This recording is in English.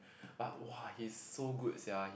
but !wah! he's so good sia